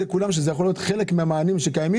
עבודה שחייבת להיעשות כי זה יכול להיות חלק מהמענים שקיימים.